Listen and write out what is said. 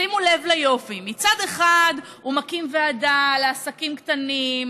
שימו לב ליופי: מצד אחד הוא מקים ועדה לעסקים קטנים,